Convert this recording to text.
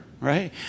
right